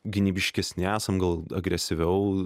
gynybiškesni esam gal agresyviau